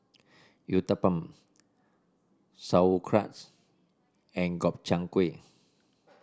Uthapam Sauerkraut and Gobchang Gui